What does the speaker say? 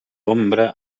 ombra